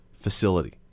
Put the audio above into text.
facility